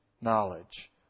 knowledge